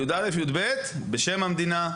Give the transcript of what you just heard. ב-י"א-י"ב בשם המדינה,